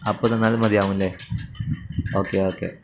അപ്പം തന്നാലും മതിയാവില്ലേ ഓക്കെ ഓക്കെ